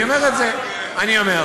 אני אומר את זה, אני אומר.